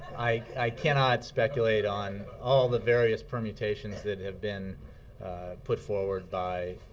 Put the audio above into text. i cannot speculate on all the various permutations that have been put forward by